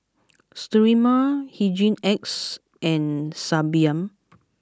Sterimar Hygin X and Sebamed